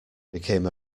became